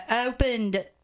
opened